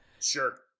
Sure